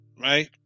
Right